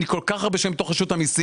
אני כל כך הרבה שנים בתוך רשות המיסים,